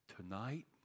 Tonight